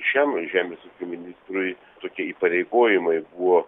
šiam žemės ūkio ministrui tokie įpareigojimai buvo